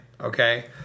okay